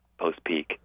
post-peak